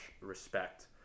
respect